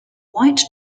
white